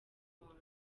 wanjye